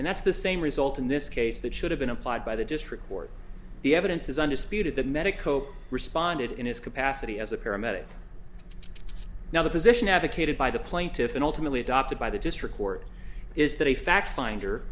and that's the same result in this case that should have been applied by the district court the evidence is undisputed that medico responded in his capacity as a paramedic now the position advocated by the plaintiffs and ultimately adopted by the district court is that a fact finder